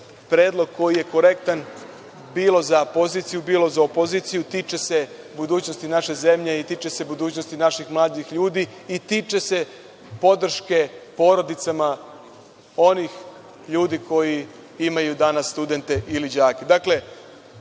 predlog koji je korektan, bilo za poziciju, bilo za opoziciju. Tiče se budućnosti naše zemlje i tiče se budućnosti naših mladih ljudi i tiče se podrške porodicama onih ljudi koji imaju danas studente ili